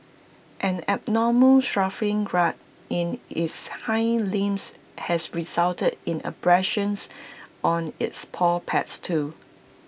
an abnormal shuffling gait in its hind limbs has resulted in abrasions on its paw pads too